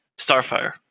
Starfire